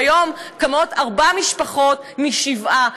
והיום קמות ארבע משפחות משבעה,